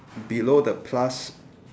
below the plus